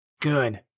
Good